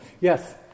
Yes